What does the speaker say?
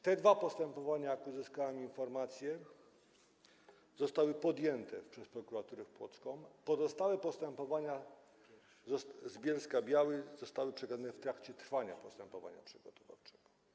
Te dwa postępowania, jak uzyskałem informację, zostały podjęte przez prokuraturę płocką, pozostałe postępowania z Bielska-Białej zostały przekazane w trakcie trwania postępowania przygotowawczego.